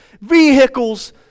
vehicles